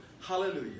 Hallelujah